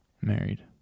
Married